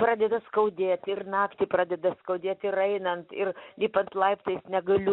pradeda skaudėti ir naktį pradeda skaudėti ir einant ir lipant laiptais negaliu